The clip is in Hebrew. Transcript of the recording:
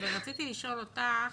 רציתי לשאול אותך,